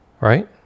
right